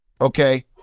okay